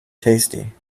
tasty